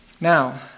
Now